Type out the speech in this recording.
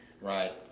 right